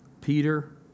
Peter